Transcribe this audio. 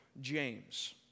James